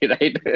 right